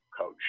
coach